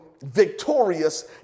victorious